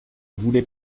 voulait